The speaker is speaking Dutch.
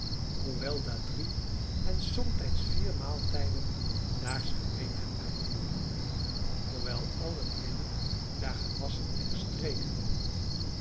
hoewel daar drie en somtijds vier maaltijden daags gereedgemaakt worden hoewel al het linnen daar gewasschen en gestreken wordt